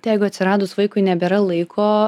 tai jeigu atsiradus vaikui nebėra laiko